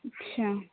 अच्छा